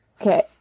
Okay